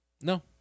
No